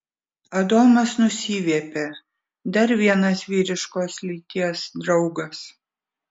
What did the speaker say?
adomas nusiviepė dar vienas vyriškos lyties draugas